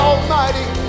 Almighty